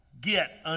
get